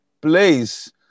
place